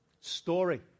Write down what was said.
story